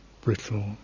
brittle